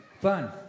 fun